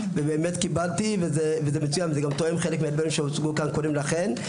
וקיבלתי וזה מצוין ותואם חלק מהנתונים שהוצגו פה קודם לכן.